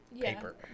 paper